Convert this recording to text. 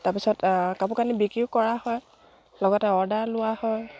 তাৰপিছত কাপোৰ কানি বিক্ৰীও কৰা হয় লগতে অৰ্ডাৰ লোৱা হয়